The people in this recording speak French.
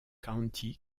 county